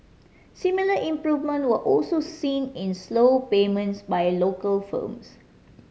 similar improvement were also seen in slow payments by local firms